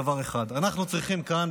דבר אחד: אנחנו צריכים כאן,